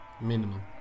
Minimum